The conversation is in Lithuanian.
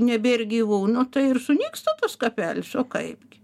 nebėr gyvūnų tai ir sunyksta tas kapelis o kaipgi